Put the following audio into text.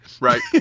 Right